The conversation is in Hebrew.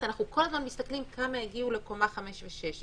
שאנחנו כל הזמן מסתכלים כמה הגיעו לקומה 5 ו-6,